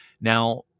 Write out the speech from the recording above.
Now